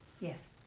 Yes